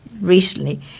recently